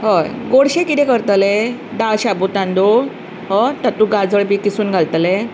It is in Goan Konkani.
हय गोडशें किदें करतलें दाळ शाबु तांदूळ हय तातूंत गाजर बी किसून घालतले